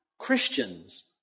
Christians